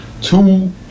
two